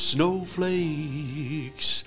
Snowflakes